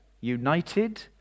united